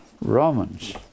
Romans